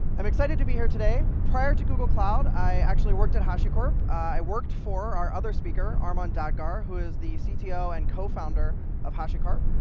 i'm excited to be here today. prior to google cloud, i actually worked at hashicorp. i worked for our other speaker, armon dadgar, who is the cto and cofounder of hashicorp.